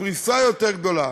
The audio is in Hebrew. ופריסה יותר גדולה,